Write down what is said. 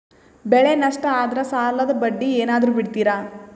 ಬೆಳೆ ನಷ್ಟ ಆದ್ರ ಸಾಲದ ಬಡ್ಡಿ ಏನಾದ್ರು ಬಿಡ್ತಿರಾ?